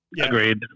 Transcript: Agreed